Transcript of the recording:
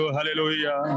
Hallelujah